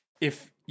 if-